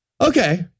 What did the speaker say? Okay